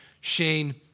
Shane